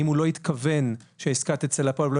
אם הוא לא התכוון שהעסקה תצא לפועל והוא לא